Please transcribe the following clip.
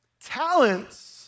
Talents